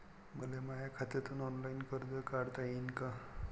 मले माया खात्यातून ऑनलाईन कर्ज काढता येईन का?